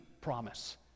promise